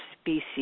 Species